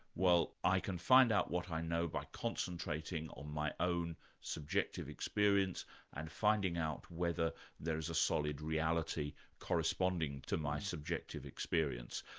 well i can find out what i know by concentrating on my own subjective experience and finding out whether there is a solid reality corresponding to my subjective experience.